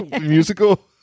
Musical